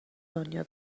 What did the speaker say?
دنیا